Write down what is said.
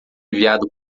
enviado